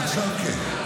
עכשיו כן.